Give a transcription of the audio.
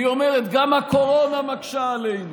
והיא אומרת: גם הקורונה מקשה עלינו.